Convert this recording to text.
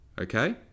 Okay